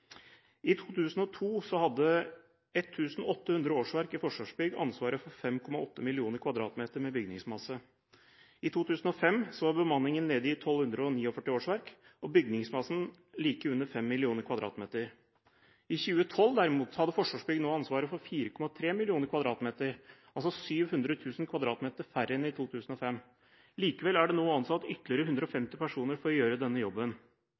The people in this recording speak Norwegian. I 2002 hadde 1 800 årsverk i Forsvarsbygg ansvaret for 5,8 mill. m2 med bygningsmasse. I 2005 var bemanningen nede i 1 249 årsverk og bygningsmassen like under 5 mill. m2. I 2012, derimot, hadde Forsvarsbygg ansvaret for 4,3 mill. m2, altså 700 000 m2 mindre enn i 2005. Likevel er det nå ansatt ytterligere 150 personer for å gjøre denne jobben.